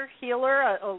healer